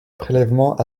prélèvement